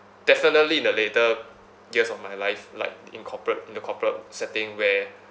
definitely in the later years of my life like in corporate in the corporate setting where